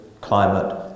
climate